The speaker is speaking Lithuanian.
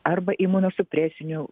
arba imunosupresinių